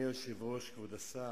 אדוני היושב-ראש, כבוד השר,